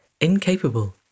incapable